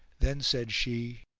then said she,